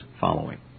following